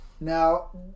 Now